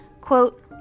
Quote